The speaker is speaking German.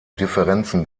differenzen